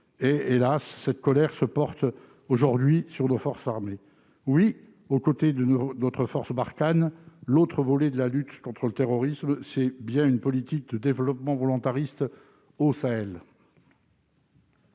Hélas, cette colère se reporte aujourd'hui contre nos forces armées. Aux côtés de notre force Barkhane, l'autre volet de la lutte contre le terrorisme, c'est bien une politique de développement volontariste au Sahel.